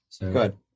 Good